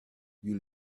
you